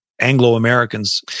Anglo-Americans